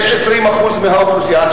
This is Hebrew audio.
יש 20% מהאוכלוסייה.